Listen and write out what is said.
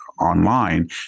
online